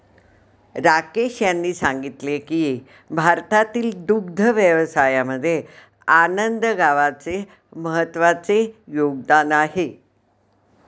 राकेश यांनी सांगितले की भारतातील दुग्ध व्यवसायामध्ये आनंद गावाचे महत्त्वाचे योगदान आहे